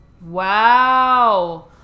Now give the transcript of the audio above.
Wow